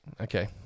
Okay